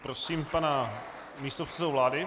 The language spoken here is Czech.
Prosím pana místopředsedu vlády.